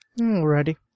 Already